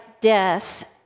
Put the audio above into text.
death